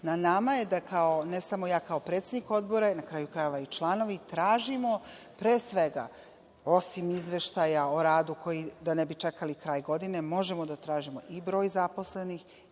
Na nama je da kao, ne samo ja kao predsednik odbora, na kraju krajeva i članovi, tražimo pre svega, osim izveštaja o radu, da ne bi čekali kraj godine, možemo da tražimo i broj zaposlenih